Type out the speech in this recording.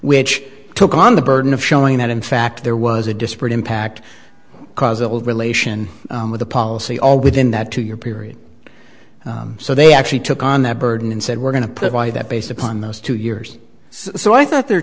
which took on the burden of showing that in fact there was a disparate impact causal relation with the policy all within that to your period so they actually took on that burden and said we're going to provide that based upon those two years so i thought the